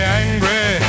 angry